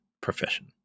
profession